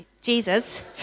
Jesus